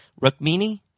Rukmini